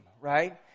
right